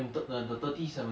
ya I think